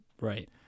Right